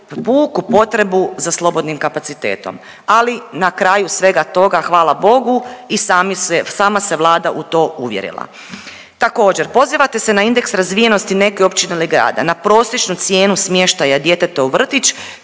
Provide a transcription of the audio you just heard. puku potrebu za slobodnim kapacitetom, ali na kraju svega toga hvala Bogu i sama se Vlada u to uvjerila. Također pozivate se na indeks razvijenosti neke općine ili grada, na prosječnu cijenu smještaja djeteta u vrtić